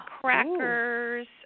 crackers